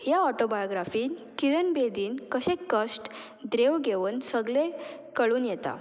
ह्या ऑटोबायोग्राफीन किरण बेदीन कशें कश्ट द्रेव घेवन सगळे कळून येता